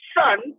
son